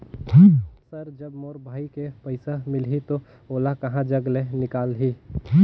Sir जब मोर भाई के पइसा मिलही तो ओला कहा जग ले निकालिही?